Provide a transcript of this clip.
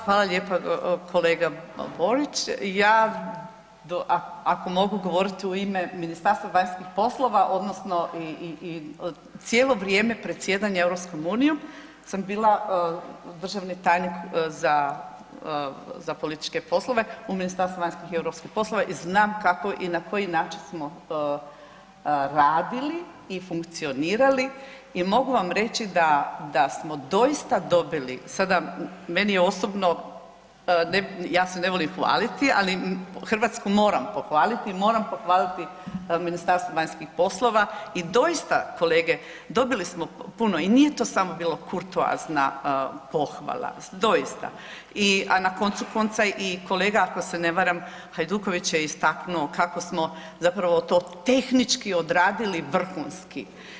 Hvala, hvala lijepo kolega Borić, ja ako mogu govoriti u ime Ministarstva vanjskih poslova odnosno i cijelo vrijeme predsjedanja EU sam bila državni tajnik za političke poslove u Ministarstvu vanjskih i europskih poslova i znam kako i na koji način smo radili i funkcionirali i mogu vam reći da, da smo doista dobili sada meni je osobno, ja se ne volim hvaliti, ali Hrvatsku moram pohvaliti, moram pohvaliti Ministarstvo vanjskih poslova i doista kolege dobili smo puno i nije to samo bilo kurtoazna pohvala, doista, a na koncu konca i kolega ako se ne varam Hajduković je istaknuo kako smo zapravo to tehnički odradili vrhunski.